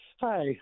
Hi